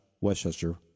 Westchester